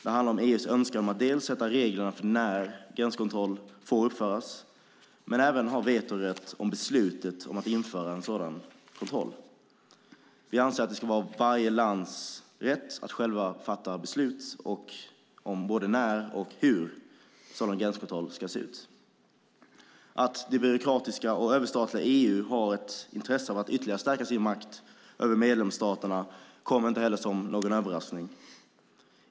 Det handlar om EU:s önskan om att dels sätta reglerna för när en gränskontroll får uppföras, dels även ha vetorätt om beslutet om att införa sådan kontroll. Vi anser att det ska vara varje lands rätt att självt fatta beslut om både när och hur sådan gränskontroll ska ske. Att det byråkratiska och överstatliga EU har ett intresse av att ytterligare stärka sin makt över medlemsstaterna kommer inte som någon överraskning.